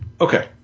Okay